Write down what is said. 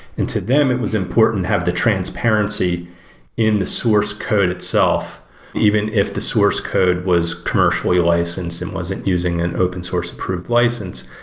and to them, it was important, have the transparency in the source code itself even if the source code was commercially licensed and wasn't using an open source approved license.